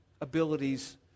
abilities